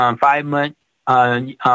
five-month